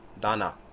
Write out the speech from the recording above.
dana